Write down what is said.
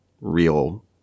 real